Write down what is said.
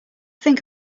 think